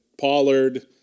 Pollard